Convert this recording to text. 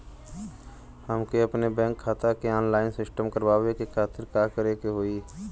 हमके अपने बैंक खाता के ऑनलाइन सिस्टम करवावे के खातिर का करे के होई?